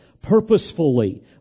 purposefully